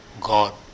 God